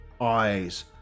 eyes